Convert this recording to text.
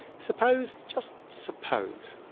suppose, just suppose,